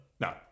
no